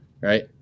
right